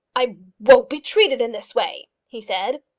i won't be treated in this way! he said.